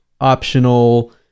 optional